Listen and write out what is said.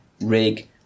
rig